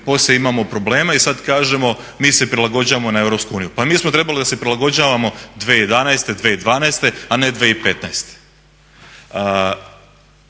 posle imamo problema i sad kažemo mi se prilagođavamo na EU. Pa mi smo trebali da se prilagođavamo 2011., 2012., a ne 2015.